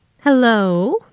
Hello